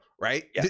right